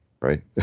Right